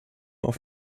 auf